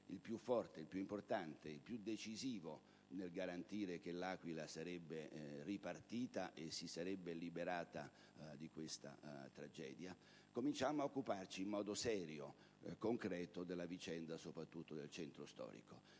più forte, il più importante, il più decisivo nel garantire che L'Aquila sarebbe ripartita e si sarebbe liberata di questa tragedia, cominciammo ad occuparci in modo serio e concreto della vicenda soprattutto del centro storico,